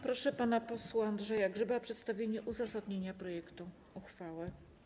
Proszę pana posła Andrzeja Grzyba o przedstawienie uzasadnienia projektu uchwały.